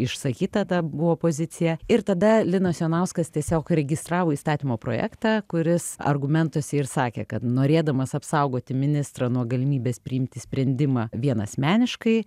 išsakyta ta buvo pozicija ir tada linas jonauskas tiesiog registravo įstatymo projektą kuris argumentuose ir sakė kad norėdamas apsaugoti ministrą nuo galimybės priimti sprendimą vienasmeniškai